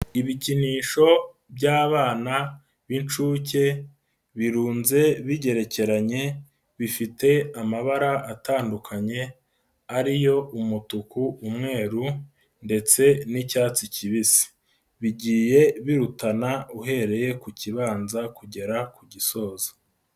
Ibikinisho by'abana b'inshuke birunze bigerekeranye bifite amabara atandukanye ari yo: umutuku, umweru ndetse n'icyatsi kibisi, bigiye birutana uhereye ku kibanza kugera ku gisozo.